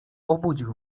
obudził